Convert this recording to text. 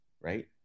Right